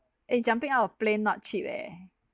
eh jumping out of plane not cheap eh